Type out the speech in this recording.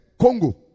Congo